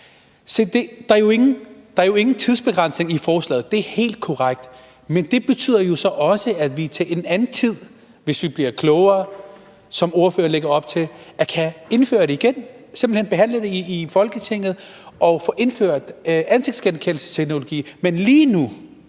Der er ingen tidsbegrænsning i forslaget – det er helt korrekt – men det betyder jo så også, at vi til en anden tid, hvis vi bliver klogere, som ordføreren lægger op til, kan indføre det igen, altså simpelt hen behandle det i Folketinget og få indført ansigtsgenkendelsesteknologi. Men lige nu